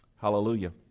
Hallelujah